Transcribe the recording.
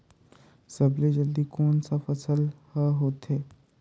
सबले जल्दी कोन सा फसल ह होथे?